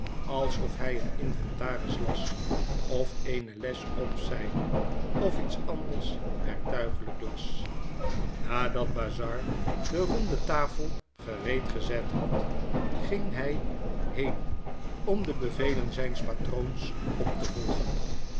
alsof hij een inventaris las of eene lesopzeide of iets anders werktuigelijk las nadat bazzard de ronde tafel gereed gezet had ging hij heen om de bevelen zijns patroons op te volgen